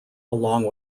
along